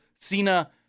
Cena